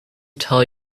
tell